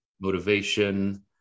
motivation